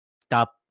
stop